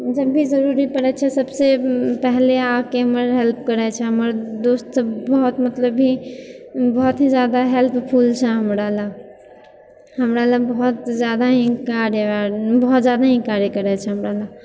जब भी जरुरी पड़ै छै सबसँ पहिने आबिके हमर हेल्प करै छै हमर दोस्त सब बहुत मतलब बहुत जादा हेल्पफुल छै हमरा लए हमरा लए बहुत जादा ही कार्य बहुत जादा ही कार्य करै छै हमरा लए